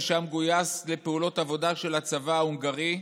משם גויס לפעולות עבודה של הצבא ההונגרי,